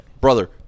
brother